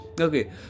okay